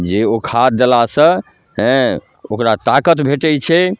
जे ओ खाद देलासँ ओकरा ताकत भेटै छै